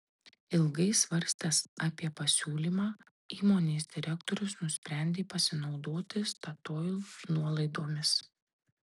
ilgai svarstęs apie pasiūlymą įmonės direktorius nusprendė pasinaudoti statoil nuolaidomis